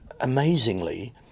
Amazingly